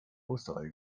osterei